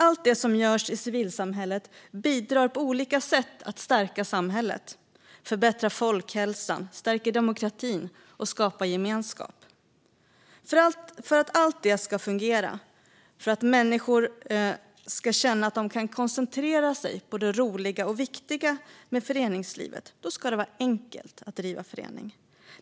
Allt det som görs i civilsamhället bidrar på olika sätt till att stärka vårt samhälle. Det förbättrar folkhälsan, stärker demokratin och skapar gemenskap. För att allt det ska fungera, för att människor ska känna att de kan koncentrera sig på det roliga och viktiga med föreningslivet, ska det vara enkelt att driva en förening.